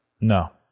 No